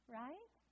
right